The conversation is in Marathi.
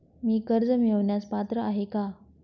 मी कर्ज मिळवण्यास पात्र आहे का?